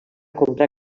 comprar